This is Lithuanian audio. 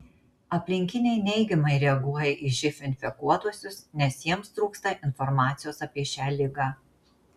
aplinkiniai neigiamai reaguoja į živ infekuotuosius nes jiems trūksta informacijos apie šią ligą